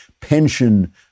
pension